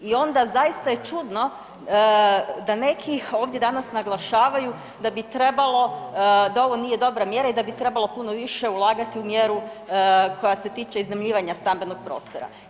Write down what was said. I onda zaista je čudno da neki ovdje danas naglašavaju da bi trebalo, da ovo nije dobra mjera i da bi trebalo puno više ulagati u mjeru koja se tiče iznajmljivanja stambenog prostora.